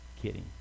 kidding